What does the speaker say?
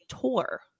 tour